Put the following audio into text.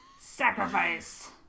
Sacrifice